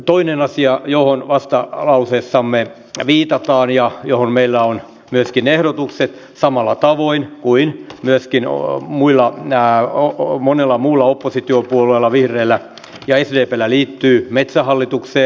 toinen asia johon vastalauseessamme viitataan ja johon meillä on myöskin ehdotukset samalla tavoin kuin myöskin monella muulla oppositiopuolueella vihreillä ja sdpllä liittyy metsähallitukseen